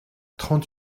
trente